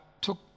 took